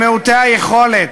למעוטי היכולת?